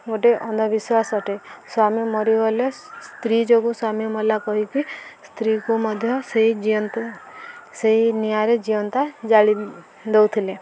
ଗୋଟେ ଅନ୍ଧବିଶ୍ୱାସ ଅଟେ ସ୍ୱାମୀ ମରିଗଲେ ସ୍ତ୍ରୀ ଯୋଗୁଁ ସ୍ୱାମୀ ମଲା କହିକି ସ୍ତ୍ରୀକୁ ମଧ୍ୟ ସେଇ ଜିଅନ୍ତା ସେଇ ନିଆଁରେ ଜିଅନ୍ତା ଜାଳି ଦଉଥିଲେ